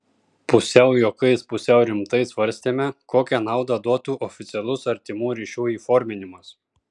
pusiau juokais pusiau rimtai svarstėme kokią naudą duotų oficialus artimų ryšių įforminimas